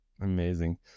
Amazing